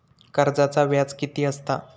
कर्जाचा व्याज कीती असता?